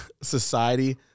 society